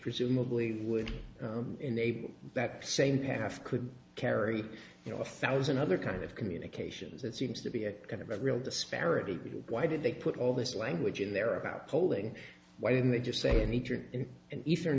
presumably would enable that same half could carry you know a thousand other kind of communications that seems to be a kind of a real disparity why did they put all this language in there about polling why didn't they just say an